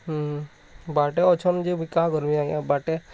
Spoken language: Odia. ହୁଁ ବାଟେ ଅଛନ୍ ଯେ ଏବେ କା କରିବି ଆଜ୍ଞା ବାଟେ